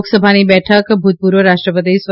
લોકસભાની બેઠક ભૂતપૂર્વ રાષ્ટ્રપતિ સ્વ